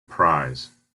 prize